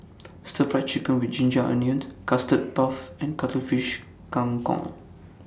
Stir Fried Chicken with Ginger Onions Custard Puff and Cuttlefish Kang Kong